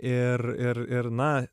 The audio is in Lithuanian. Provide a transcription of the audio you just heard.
ir ir ir na